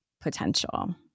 potential